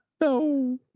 No